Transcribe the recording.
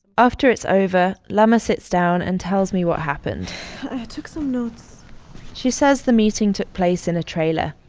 after it's over, lama sits down and tells me what happened i took some notes she says the meeting took place in a trailer,